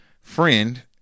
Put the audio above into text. friend